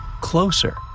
Closer